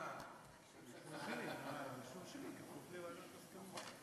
הודעה למזכירת הכנסת.